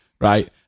right